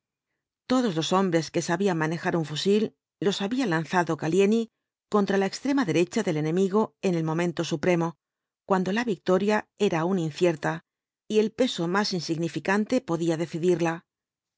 todos los hombres que sabían manejar un fusil los había lanzado gallieni contra la extrema derecha del enemigo en el momento supremo cuando la victoria era aún incierta y el peso más insignificante podía decidirla